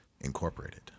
Incorporated